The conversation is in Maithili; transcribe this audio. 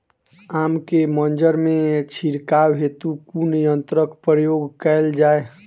आम केँ मंजर मे छिड़काव हेतु कुन यंत्रक प्रयोग कैल जाय?